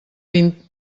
vint